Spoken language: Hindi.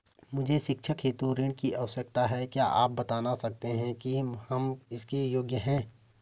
मुझे शैक्षिक हेतु ऋण की आवश्यकता है क्या आप बताना सकते हैं कि हम इसके योग्य हैं?